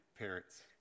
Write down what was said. parents